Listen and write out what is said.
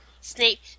Snape